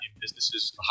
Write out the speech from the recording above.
businesses